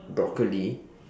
broccoli